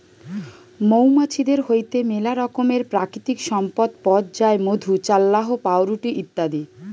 মৌমাছিদের হইতে মেলা রকমের প্রাকৃতিক সম্পদ পথ যায় মধু, চাল্লাহ, পাউরুটি ইত্যাদি